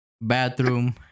Bathroom